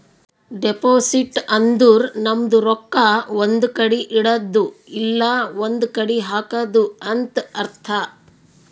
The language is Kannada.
ಡೆಪೋಸಿಟ್ ಅಂದುರ್ ನಮ್ದು ರೊಕ್ಕಾ ಒಂದ್ ಕಡಿ ಇಡದ್ದು ಇಲ್ಲಾ ಒಂದ್ ಕಡಿ ಹಾಕದು ಅಂತ್ ಅರ್ಥ